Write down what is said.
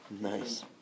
Nice